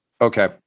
Okay